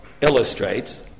illustrates